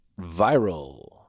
viral